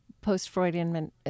Post-Freudian